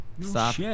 Stop